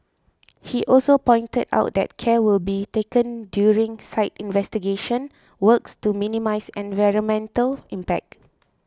he also pointed out that care will be taken during site investigation works to minimise environmental impact